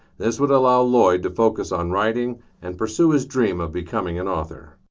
this would allow lloyd to focus on writing and pursue his dream of becoming an author.